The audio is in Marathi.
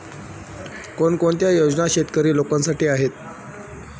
कोणकोणत्या योजना शेतकरी लोकांसाठी आहेत?